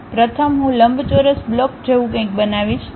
પ્રથમ હું લંબચોરસ બ્લોક જેવું કંઈક બનાવીશ